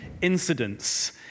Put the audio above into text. incidents